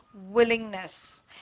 willingness